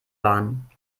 waren